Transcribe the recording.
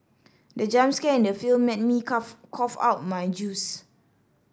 the jump scare in the film made me cough cough out my juice